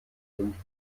fünf